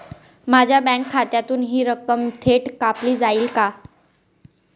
माझ्या बँक खात्यातून हि रक्कम थेट कापली जाईल का?